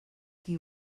qui